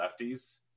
lefties